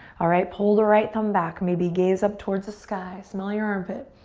alright, pull the right thumb back, maybe gaze up towards the sky, smell your armpit,